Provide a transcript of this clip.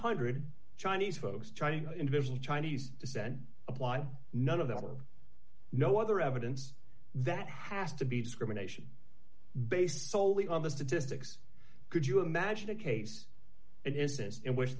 hundred chinese folks chinese invasion chinese descent apply none of them are no other evidence that has to be discrimination based soley on the statistics could you imagine a case it is this in wish